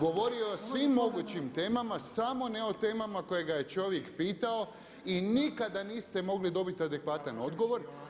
Govorio o je o svim mogućim temama sam ne o temama koje ga je čovjek pitao i nikada niste mogli dobiti adekvatan odgovor.